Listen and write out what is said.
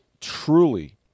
truly